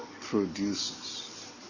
produces